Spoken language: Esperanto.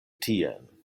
tien